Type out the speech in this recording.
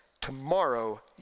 tomorrow